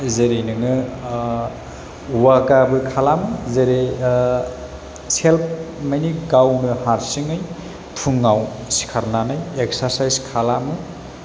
जेरै नोङो वागाबो खालाम जेरै सेल्फ मानि गावनो हारसिङै फुङाव सिखारनानै एकस्रासाइस खालाम